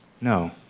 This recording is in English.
No